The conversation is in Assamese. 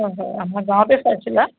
হয় হয় আমাৰ গাঁৱতে চাইছিলা